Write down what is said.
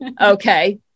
okay